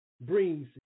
brings